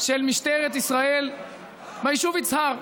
של משטרת ישראל ביישוב יצהר.